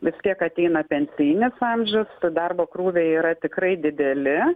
vis tiek ateina pensijinis amžius darbo krūviai yra tikrai dideli